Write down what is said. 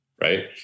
right